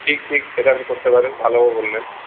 ঠিক ঠিক সেটা আপনি করতে পারেন ভালোও বললেন